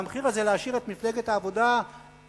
והמחיר הזה להשאיר את מפלגת העבודה שלמה,